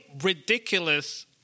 ridiculous